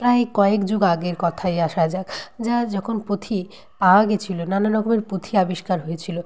প্রায় কয়েক যুগ আগের কথায় আসা যাক যা যখন পুঁথি পাওয়া গেছিলো নানান রকমের পুঁথি আবিষ্কার হয়েছিলো